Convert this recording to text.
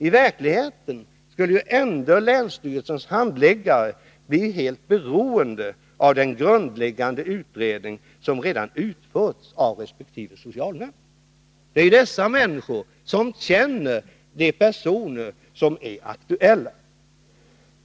I verkligheten skulle ändå länsstyrelsens handläggare bli helt beroende av den grundläggande utredning, som redan utförts av resp. socialnämnd. Ledamöterna i socialnämnden känner ju de personer som är aktuella.